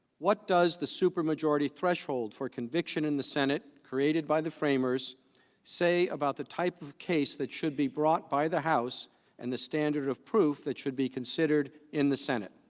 what does the supermajority threshold for conviction in the senate created by the framers say about the type of case that should be brought by the house and the standard of proof it should be considered in the senate